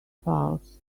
falls